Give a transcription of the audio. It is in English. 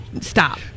Stop